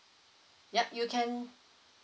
yup you can